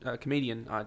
comedian